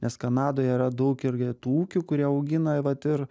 nes kanadoje yra daug irgi tų ūkių kurie augina vat ir